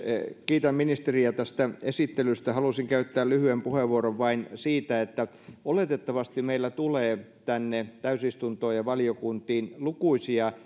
kiitän ministeriä tästä esittelystä halusin käyttää lyhyen puheenvuoron vain siitä että oletettavasti meille tulee tänne täysistuntoon ja valiokuntiin lukuisia